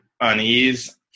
unease